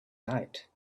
night